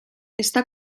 està